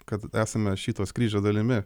kad esame šito skrydžio dalimi